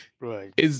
right